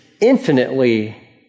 infinitely